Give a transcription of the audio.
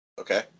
Okay